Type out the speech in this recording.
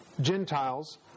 Gentiles